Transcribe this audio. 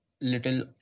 little